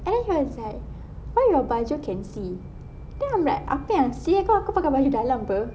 and then he was like why your baju can see then I was like apa yang see kan aku pakai baju dalam apa